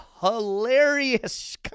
hilarious